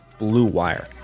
BlueWire